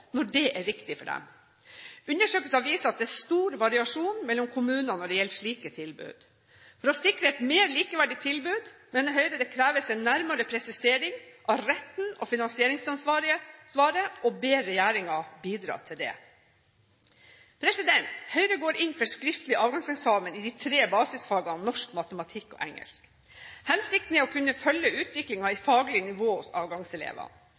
når dét er riktig for dem. Undersøkelser viser at det er stor variasjon mellom kommunene når det gjelder slike tilbud. For å sikre et mer likeverdig tilbud mener Høyre det kreves en nærmere presisering av retten og av finansieringsansvaret, og ber regjeringen bidra til det. Høyre går inn for skriftlig avgangseksamen i de tre basisfagene norsk, matematikk og engelsk. Hensikten er å kunne følge utviklingen i faglig nivå hos